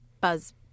buzz